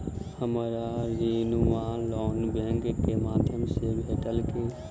हमरा ऋण वा लोन बैंक केँ माध्यम सँ भेटत की?